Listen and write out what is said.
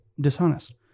dishonest